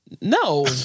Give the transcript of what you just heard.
No